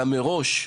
אלא מראש,